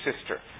sister